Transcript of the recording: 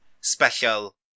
special